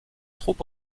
trop